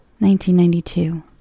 1992